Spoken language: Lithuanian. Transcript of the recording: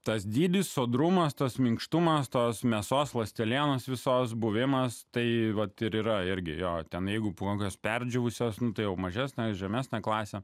tas dydis sodrumas tas minkštumas tos mėsos ląstelienos visos buvimas tai vat ir yra irgi jo ten jeigu uogos perdžiūvusios nu tai jau mažesnė žemesnė klasė